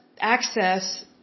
access